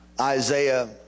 Isaiah